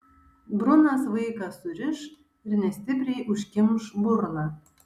brunas vaiką suriš ir nestipriai užkimš burną